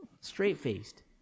straight-faced